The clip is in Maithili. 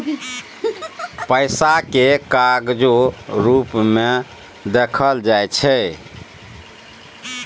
पैसा केँ कागजो रुप मे देखल जाइ छै